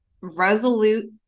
resolute